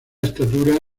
estatura